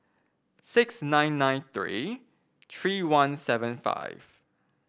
six nine nine three three one seven five